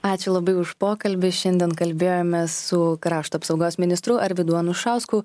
ačiū labai už pokalbį šiandien kalbėjomės su krašto apsaugos ministru arvydu anušausku